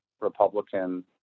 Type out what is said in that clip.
Republican